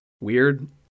weird